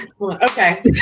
Okay